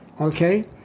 okay